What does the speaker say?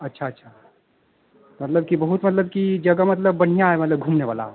अच्छा अच्छा मतलब कि बहुत मतलब कि जगह मतलब बढ़ियाँ है मतलब घूमने वाली